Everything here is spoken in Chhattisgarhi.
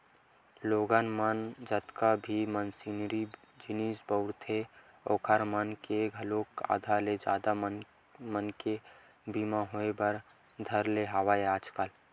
लोगन मन ह जतका भी मसीनरी जिनिस बउरथे ओखर मन के घलोक आधा ले जादा मनके बीमा होय बर धर ने हवय आजकल